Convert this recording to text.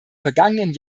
vergangenen